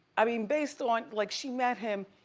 i mean, based on, like, she met him,